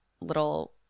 little